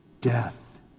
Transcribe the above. Death